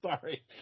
Sorry